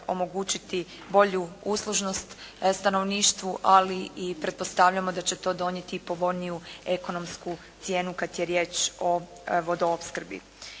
bolju uslužnost stanovništvu ali i pretpostavljamo da će donijeti povoljniju ekonomsku cijenu kad je riječ o vodoopskrbi.